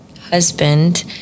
husband